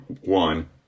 one